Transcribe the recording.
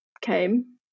came